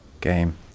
game